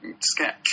sketch